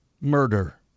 murder